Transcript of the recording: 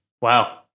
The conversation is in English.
Wow